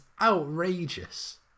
outrageous